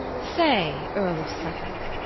say earle of suffolke,